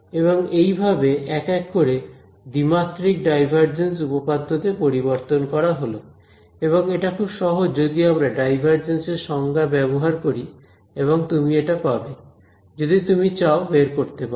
এবং এই ভাবে এক এক করে দ্বিমাত্রিক ডাইভারজেন্স উপপাদ্য তে পরিবর্তন করা হলো এবং এটা খুব সহজ যদি আমরা ডাইভারজেন্স এর সংজ্ঞা ব্যবহার করি এবং তুমি এটা পাবে যদি তুমি চাও বের করতে পারো